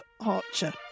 Archer